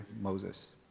Moses